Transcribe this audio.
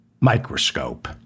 microscope